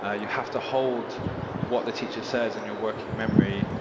ah you have to hold what the teacher says in your working memory,